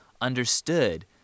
understood